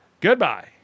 goodbye